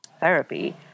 therapy